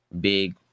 big